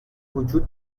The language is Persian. وجود